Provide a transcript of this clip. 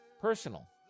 personal